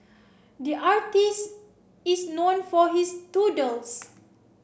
the artist is known for his doodles